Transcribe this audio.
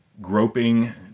groping